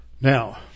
Now